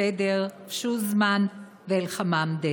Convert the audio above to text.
פדר, פשווזמן ואלחמאמדה,